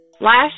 Last